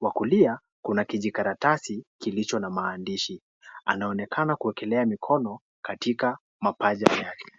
wa kulia kuna kijikaratasi kilicho na maandishi, anaonekana kuekelea mikono katika mapaja yake.